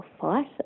fight